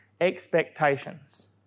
expectations